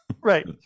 right